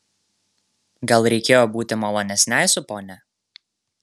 gal reikėjo būti malonesnei su ponia